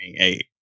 eight